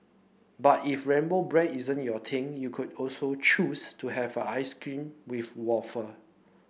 but if rainbow bread isn't your thing you could also choose to have a ice cream with wafer